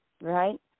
right